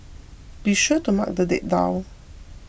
be sure to mark the date down